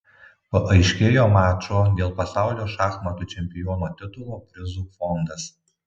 paaiškėjo mačo dėl pasaulio šachmatų čempiono titulo prizų fondas